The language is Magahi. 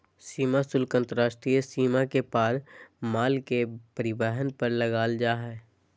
सीमा शुल्क अंतर्राष्ट्रीय सीमा के पार माल के परिवहन पर लगाल जा हइ